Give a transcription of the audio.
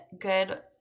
good